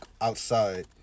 outside